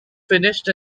finished